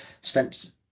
spent